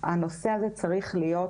הנושא הזה צריך להיות